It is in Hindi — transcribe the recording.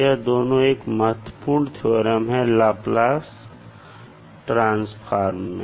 यह दोनों एक महत्वपूर्ण थ्योरम हैं लाप्लास ट्रांसफॉर्मर में